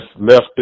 left